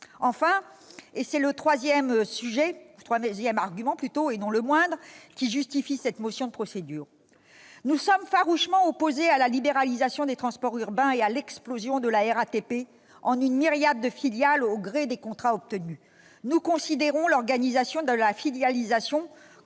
Enfin- c'est le troisième argument, et non le moindre, qui justifie cette motion de procédure, nous sommes farouchement opposés à la libéralisation des transports urbains et à l'explosion de la RATP en une myriade de filiales au gré des contrats obtenus. Nous considérons que l'organisation de la filialisation correspond